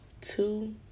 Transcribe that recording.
two